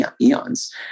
eons